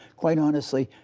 quite honestly,